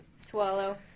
Swallow